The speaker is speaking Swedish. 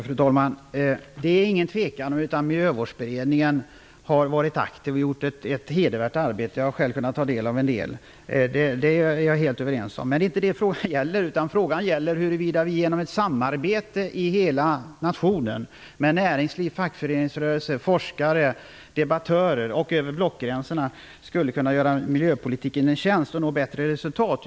Fru talman! Det råder inget tvivel om att Miljövårdsberedningen har varit aktiv och gjort ett hedervärt arbete. Jag har själv kunnat ta del av en del. Det är jag helt överens med miljöministern om. Men det är inte det frågan gäller. Frågan gäller huruvida vi genom ett samarbete i hela nationen -- med näringsliv, fackföreningsrörelse, forskare och debattörer, över blockgränserna -- skulle kunna göra miljöpolitiken en tjänst och nå bättre resultat.